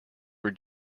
were